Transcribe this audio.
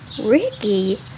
Ricky